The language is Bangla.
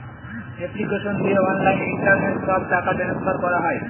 এপ্লিকেশন দিয়ে অনলাইন ইন্টারনেট সব টাকা ট্রান্সফার করা হয়